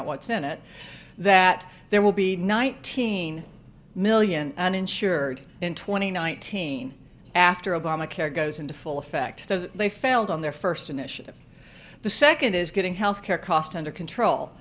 out what's in it that there will be nineteen million uninsured in twenty nineteen after obamacare goes into full effect they failed on their first initiative the second is getting health care costs under control